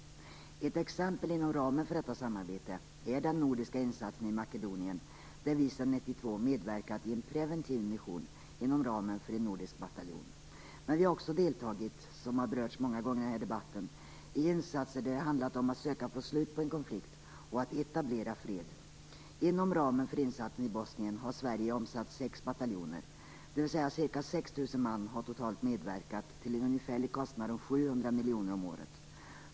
Ett exempel inom ramen för detta samarbete är den nordiska insatsen i Makedonien, där vi sedan 1992 medverkat i en preventiv mission inom ramen för en nordisk bataljon. Men vi har också deltagit, vilket har berörts många gånger i debatten, i insatser där det handlat om att söka få slut på en konflikt och att etablera fred. Inom ramen för insatsen i Bosnien har Sverige omsatt sex bataljoner, dvs. ca 6 000 man har totalt medverkat till en ungefärlig kostnad av 700 miljoner om året.